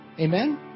amen